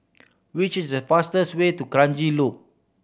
which is the fastest way to Kranji Loop